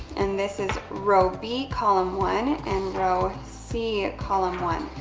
and this is row b, column one, and row c, column one.